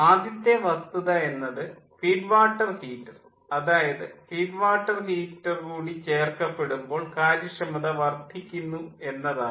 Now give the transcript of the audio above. ആദ്യത്തെ വസ്തുത എന്നത് ഫീഡ് വാട്ടർ ഹീറ്റർ അതായത് ഫീഡ് വാട്ടർ ഹീറ്റർ കൂടി ചേർക്കപ്പെടുമ്പോൾ കാര്യക്ഷത വർദ്ധിക്കുന്നു എന്നതാണ്